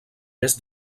més